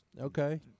Okay